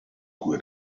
cui